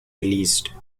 released